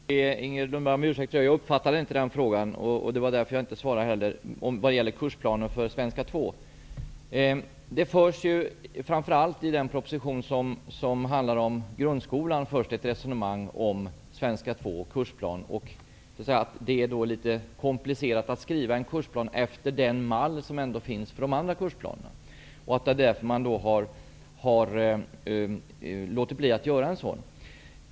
Herr talman! Jag vill be Inger Lundberg om ursäkt. Jag uppfattade inte frågan om kursplanen för svenska 2, och det var därför jag inte svarade. Det förs framför allt i den proposition som handlar om grundskolan ett resonemang om kursplan för svenska 2. Det är litet komplicerat att skriva en kursplan efter den mall som finns för de andra kursplanerna. Därför har man låtit bli att göra en sådan.